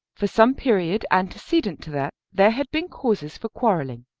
for some period antecedent to that there had been causes for quarrelling.